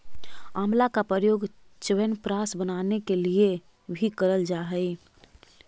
आंवला का प्रयोग च्यवनप्राश बनाने के लिए भी करल जा हई